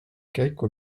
käiku